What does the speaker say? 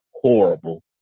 horrible